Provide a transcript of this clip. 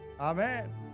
Amen